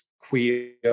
queer